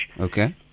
Okay